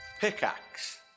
Pickaxe